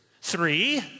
Three